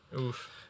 Oof